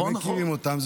הם מכירים אותם,